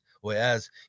whereas